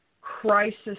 crisis